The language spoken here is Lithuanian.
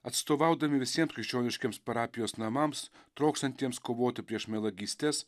atstovaudami visiems krikščioniškiems parapijos namams trokštantiems kovoti prieš melagystes